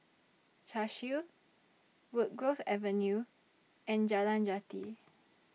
Cashew Woodgrove Avenue and Jalan Jati